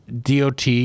DOT